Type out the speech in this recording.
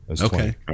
okay